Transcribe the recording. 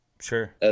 sure